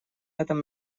этом